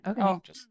Okay